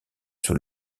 sur